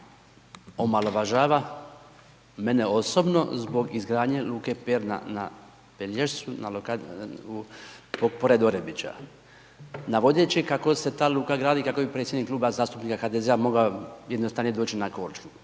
omalovažava mene osobno zbog izgradnje luke Perna na Pelješcu, na u, zbog pored Orebića. Navodeći kako se ta luka gradi, kako bi predsjednik Kluba zastupnika HDZ-a mogao jednostavnije doći na Korčulu.